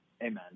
Amen